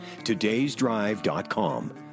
todaysdrive.com